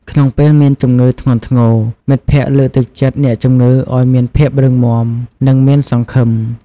ក្នុងពេលមានជំងឺធ្ងន់ធ្ងរ មិត្តភ័ក្តិលើកទឹកចិត្តអ្នកជំងឺឲ្យមានភាពរឹងមាំ និងមានសង្ឃឹម។